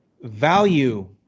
value